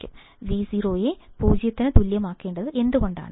Vo യെ 0 ന് തുല്യമാക്കേണ്ടത് എന്തുകൊണ്ടാണ്